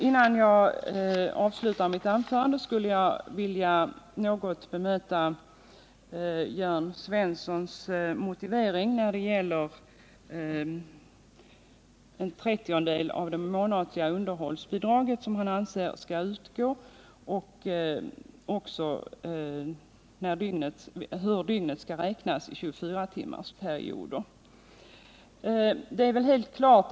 Innan jag avslutar mitt anförande skulle jag vilja något bemöta Jörn Svenssons motivering för vpk-förslagen om att 1/30 av det månatliga underhållsbidraget skall utgå och om hur dygnet skall räknas i tjugofyratimmarsperioder.